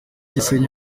gisenyi